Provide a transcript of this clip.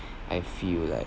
I feel like